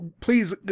Please